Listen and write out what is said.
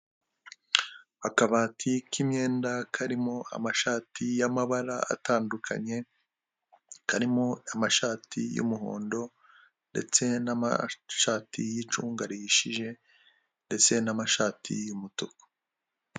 Akabati k'imyenda karimo amashati y'amabara atandukanye. Karimo amashati y'umuhondo, ndetse n'amashati yicungarishije, ndetse n'amashati y'umutuku.